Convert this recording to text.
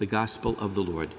the gospel of the lord